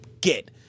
get